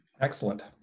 Excellent